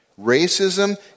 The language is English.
Racism